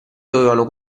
dovevano